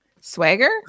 Swagger